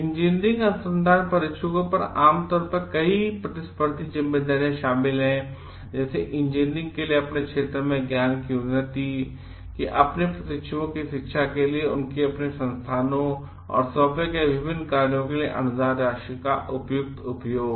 engineering अनुसंधान पर्यवेक्षकों पर आमतौर पर कई प्रतिस्पर्धी जिम्मेदारियां शामिल हैं जैसेइंजीनियरिंग के लिए अपने क्षेत्र में ज्ञान की उन्नति के अपने प्रशिक्षुओं की शिक्षा के लिए लिए उनके संस्थानों और उन्हें सौंपे गए विभिन्न कार्यों के लिए अनुदान राशि का उपयुक्त उपयोग